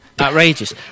Outrageous